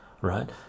right